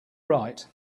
right